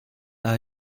are